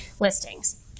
listings